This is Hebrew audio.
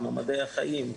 מדעי החיים,